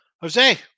Jose